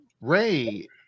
Ray